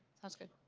sounds good.